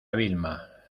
vilma